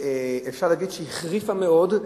אפשר להגיד שהיא החריפה מאוד,